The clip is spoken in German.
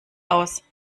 aus